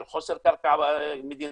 של חוסר בקרקע מדינה,